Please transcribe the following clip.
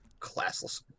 classless